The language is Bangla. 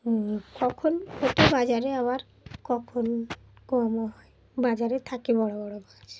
কখন হত বাজারে আবার কখন কমও হয় বাজারে থাকে বড়ো বড়ো মাছ